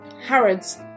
Harrods